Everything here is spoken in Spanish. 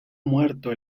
muerto